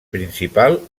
principal